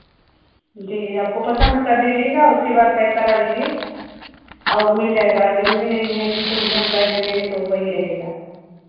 जी आपको पसंद कर दीजिएगा उसके बाद पैक करा लीजिए और मिल जाएगा ज़रूरी नहीं है कि जो भी हम कह देते हैं तो वही रहेगा